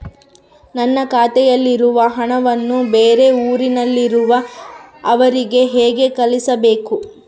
ನನ್ನ ಖಾತೆಯಲ್ಲಿರುವ ಹಣವನ್ನು ಬೇರೆ ಊರಿನಲ್ಲಿರುವ ಅವರಿಗೆ ಹೇಗೆ ಕಳಿಸಬೇಕು?